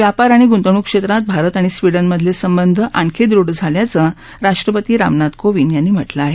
व्यापार आणि ग्ंतवण्क क्षेत्रात भारत आणि स्वीडन मधले संबंध आणखी दृढ झाल्याचं राष्ट्रपती रामनाथ कोविंद यांनी म्हटलं आहे